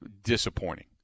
disappointing